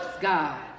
God